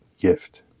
gift